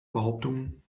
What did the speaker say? behauptungen